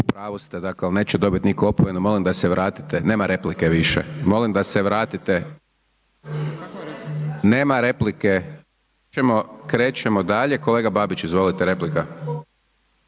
pravu ste, dakle neće nitko dobit opomenu, molim da se vratite, nema replike više, molim da se vratite, nema replike. Krećemo dalje, kolega Babić izvolite, replika.